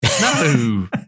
No